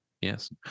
Yes